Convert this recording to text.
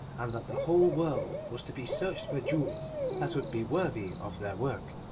and that the whole world was to be searched for jewels that would be worthy of their work.